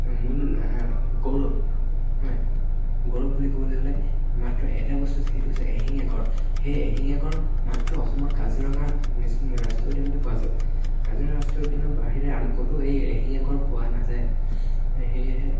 মূল গৌৰৱ হয় গৌৰৱ বুলি ক'বলৈ হ'লে মাত্ৰ এটাই বস্তু আছে সেইটো হৈছে এশিঙীয়া গঁড় সেই এশিঙীয়া গঁড় মাত্ৰ অসমৰ কাজিৰঙা নেশ্য ৰাষ্ট্ৰীয় উদ্যানতে পোৱা যায় কাজিৰঙা ৰাষ্ট্ৰীয় উদ্যানৰ বাহিৰে আন ক'তো এই এশিঙীয়া গঁড় পোৱা নাযায় সেয়েহে